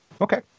okay